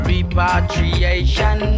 Repatriation